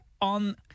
on